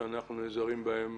שאנחנו נעזרים בהן